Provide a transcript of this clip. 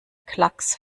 klacks